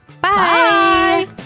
Bye